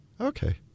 Okay